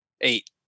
eight